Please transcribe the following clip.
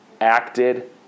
acted